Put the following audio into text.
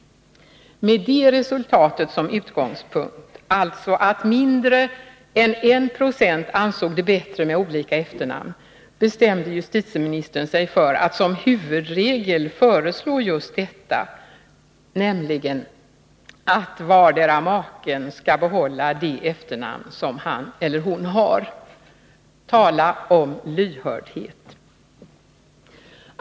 Med det resultatet som utgångspunkt — alltså att mindre än 1 20 ansåg det bättre med olika efternamn — bestämde justitieministern sig för att som huvudregel föreslå just detta, nämligen att vardera maken skall behålla det efternamn som han eller hon har. Tala om lyhördhet!